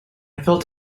felt